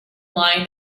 lying